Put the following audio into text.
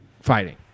fighting